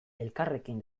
elkarrekin